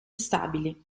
stabili